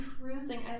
cruising